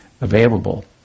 available